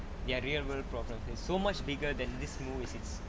their real world problem is so much bigger than this movies